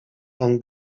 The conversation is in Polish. pan